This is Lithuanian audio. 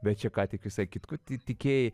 bet čia ką tik visai kitkuo tikėjai